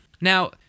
Now